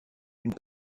une